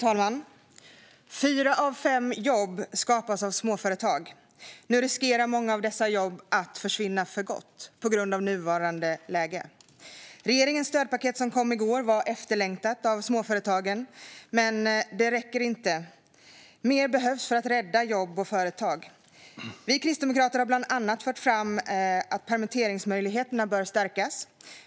Fru talman! Fyra av fem jobb skapas av småföretag. Nu riskerar många av dessa jobb att försvinna för gott på grund av nuvarande läge. Regeringens stödpaket som kom i går var efterlängtat av småföretagen, men det räcker inte. Mer behövs för att rädda jobb och företag. Vi kristdemokrater har bland annat fört fram att permitteringsmöjligheterna bör stärkas.